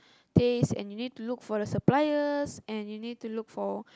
taste and you need to look for the suppliers and you need to look for